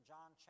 John